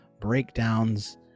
breakdowns